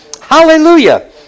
Hallelujah